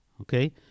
Okay